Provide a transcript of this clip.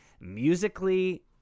musically